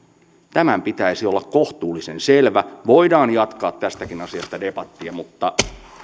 tämän pitäisi olla kohtuullisen selvä voidaan jatkaa tästäkin asiasta debattia mutta